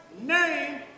name